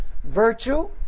Virtue